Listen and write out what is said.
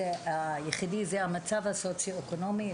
זה המצב הסוציואקונומי?